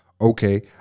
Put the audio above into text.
Okay